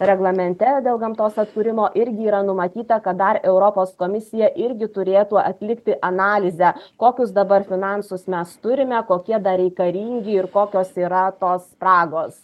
reglamente dėl gamtos atkūrimo irgi yra numatyta kad dar europos komisija irgi turėtų atlikti analizę kokius dabar finansus mes turime kokie dar reikalingi ir kokios yra tos spragos